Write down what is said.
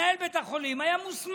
מנהל בית החולים היה מוסמך